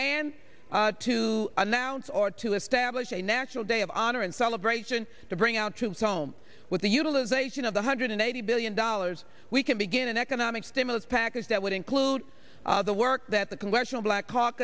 and to announce or to establish a national day of honor and celebration to bring our troops home with the utilization of the hundred and eighty billion dollars we can begin an economic stimulus package that would include the work that the congressional black